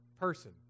person